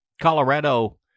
Colorado